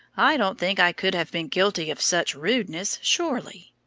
i don't think i could have been guilty of such rudeness, surely.